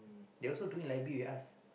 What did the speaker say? they also doing library with us